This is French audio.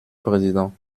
président